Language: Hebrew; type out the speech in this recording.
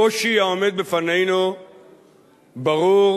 הקושי העומד בפנינו ברור,